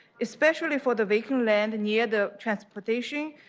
especially for the vacant land near the transportation,